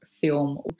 film